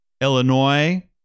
Illinois